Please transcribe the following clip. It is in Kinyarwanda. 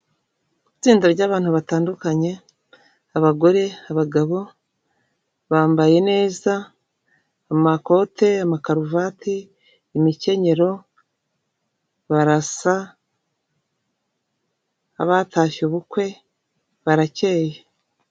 Itsinda ry'abantu batandukanye abagore, abagabo bambaye neza amakote, amakaruvate, imikenyero barasa nk'abatashye ubukwe barakeyeye.